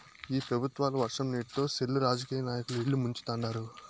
ఈ పెబుత్వాలు వర్షం నీటితో సెర్లు రాజకీయ నాయకుల ఇల్లు ముంచుతండారు